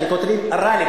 כותבים ראלב,